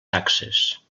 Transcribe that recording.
taxes